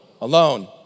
alone